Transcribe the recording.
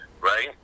right